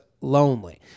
lonely